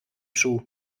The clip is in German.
schuh